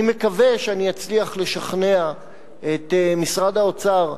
אני מקווה שאני אצליח לשכנע את משרד האוצר,